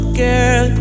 girl